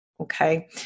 okay